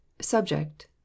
Subject